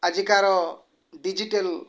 ଆଜିକାର ଡିଜିଟାଲ